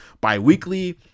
bi-weekly